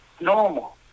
Normal